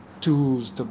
tools